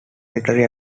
military